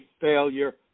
failure